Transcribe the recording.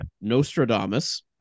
Nostradamus